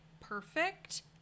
perfect